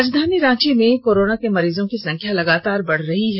राजधानी रांची में कोरोना के मरीजों की संख्या लगातार बढ़ रही है